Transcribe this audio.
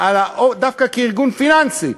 דווקא כארגון פיננסי?